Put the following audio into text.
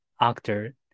actor